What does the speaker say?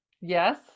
Yes